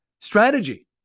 strategy